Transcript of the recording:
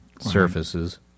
surfaces